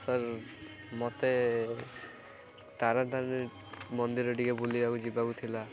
sir ମତେ ତାରାତାରିଣୀ ମନ୍ଦିର ଟିକେ ବୁଲିବାକୁ ଯିବାକୁ ଥିଲା